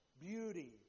beauty